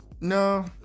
No